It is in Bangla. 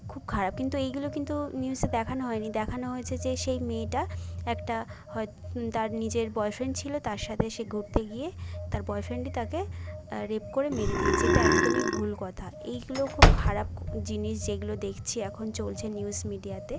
খুব খারাপ কিন্তু এইগুলো কিন্তু নিউজে দেখানো হয়নি দেখানো হয়েছে যে সেই মেয়েটা একটা হয় তার নিজের বয়ফ্রেন্ড ছিলো তার সাথে সে ঘুরতে গিয়ে তার বয়ফেন্ডই তাকে রেপ করে মেরে দিয়েছে এটা একদমই ভুল কথা এইগুলো খুব খারাপ জিনিস যেইগুলো দেখছি এখন চলছে নিউস মিডিয়াতে